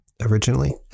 Originally